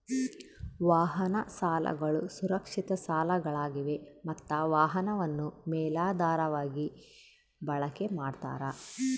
ವಾಹನ ಸಾಲಗಳು ಸುರಕ್ಷಿತ ಸಾಲಗಳಾಗಿವೆ ಮತ್ತ ವಾಹನವನ್ನು ಮೇಲಾಧಾರವಾಗಿ ಬಳಕೆ ಮಾಡ್ತಾರ